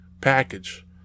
package